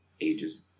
Ages